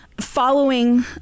Following